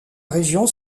région